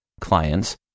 clients